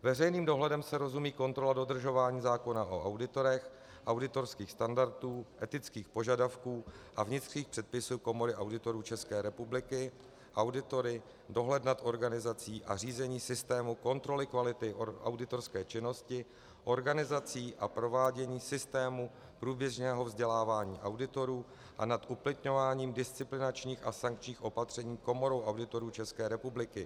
Veřejným dohledem se rozumí kontrola dodržování zákona o auditorech, auditorských standardů, etických požadavků a vnitřních předpisů Komory auditorů České republiky auditory, dohled nad organizací a řízením systému kontroly kvality auditorské činnosti a organizací a prováděním systému průběžného vzdělávání auditorů a nad uplatňováním disciplinárních a sankčních opatření Komorou auditorů České republiky.